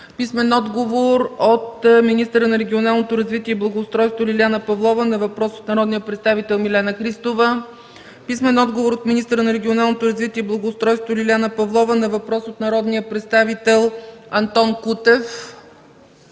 Евгений Желев; - министъра на регионалното развитие и благоустройството Лиляна Павлова на въпрос от народния представител Милена Христова; - министъра на регионалното развитие и благоустройството Лиляна Павлова на въпрос от народния представител Антон Кутев;